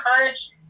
encourage